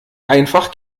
einfach